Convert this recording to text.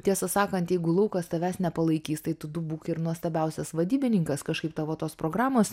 tiesą sakant jeigu laukas tavęs nepalaikys tai tu du būk ir nuostabiausias vadybininkas kažkaip tavo tos programos